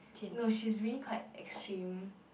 no she's really quite extreme